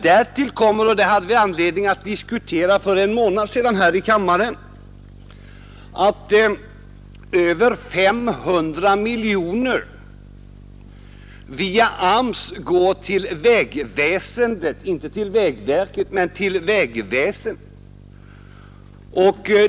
Därtill kommer — och detta hade vi anledning att diskutera här i kammaren för en månad sedan — att över 500 miljoner kronor går till vägväsendet — inte till vägverket men till vägväsendet — via AMS.